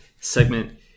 segment